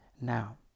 now